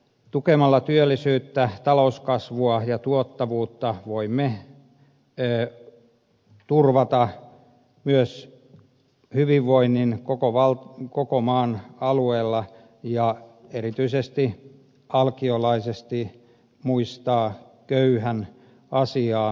tukemalla työllisyyttä talouskasvua ja tuottavuutta voimme myös turvata hyvinvoinnin koko maan alueella ja erityisesti alkiolaisesti muistaa köyhän asiaa